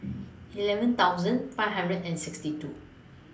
eleven thousand five hundred and sixty two